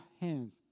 hands